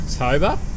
October